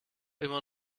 immer